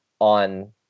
on